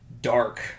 dark